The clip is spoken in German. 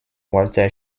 walter